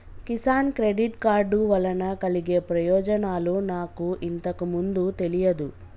Kisan credit card వలన కలిగే ప్రయోజనాలు నాకు ఇంతకు ముందు తెలియదు